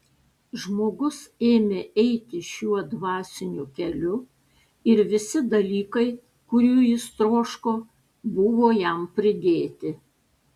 žmogus ėmė eiti šiuo dvasiniu keliu ir visi dalykai kurių jis troško buvo jam pridėti